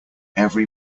every